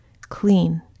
clean